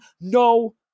No